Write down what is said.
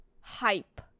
hype